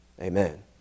amen